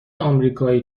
امریکایی